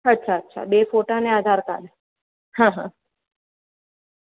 અચ્છા અચ્છા બે ફોટા અને આધારકાર્ડ હં હં